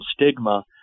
stigma